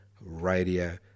radio